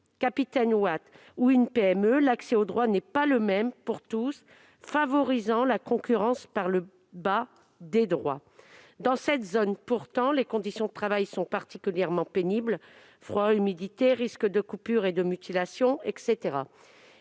Capitaine Houat ou une PME, l'accès aux droits n'est pas le même pour tous, favorisant, par le jeu de la concurrence, le nivellement des droits par le bas. Dans cette zone, pourtant, les conditions de travail sont particulièrement pénibles : froid, humidité, risques de coupures et de mutilations, etc.